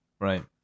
right